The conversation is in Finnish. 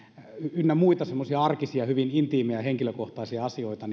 ynnä muita semmoisia arkisia ja hyvin intiimejä ja henkilökohtaisia asioita